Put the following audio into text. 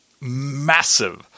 massive